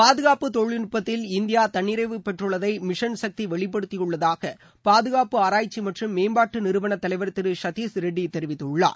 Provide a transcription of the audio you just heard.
பாதுகாப்பு தொழில்நுட்பத்தில் இந்தியா தன்னிறைவு பெற்றுள்ளதை மிஷன் சக்தி வெளிப்படுத்தியுள்ளதாக பாதுகாப்பு ஆராய்ச்சி மற்றும் மேம்பாட்டு நிறுவன தலைவர் திரு சத்தீஷ் ரெட்டி தெரிவித்துள்ளார்